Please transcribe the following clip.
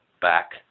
back